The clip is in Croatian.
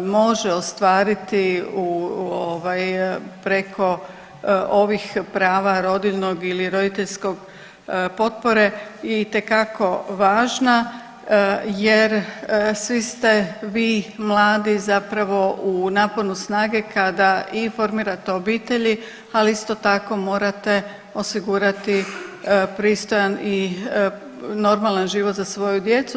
može ostvariti u ovaj, preko ovih prava rodiljnog ili roditeljskog potpore itekako važna jer svi ste vi mladi zapravo u naponu snage kada i formirate obitelji, ali isto tako morate osigurati pristojan i normalan život za svoju djecu.